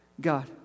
God